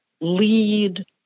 lead